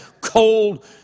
cold